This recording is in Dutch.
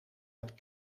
het